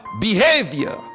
behavior